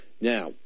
Now